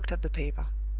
he looked at the paper.